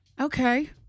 Okay